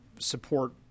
support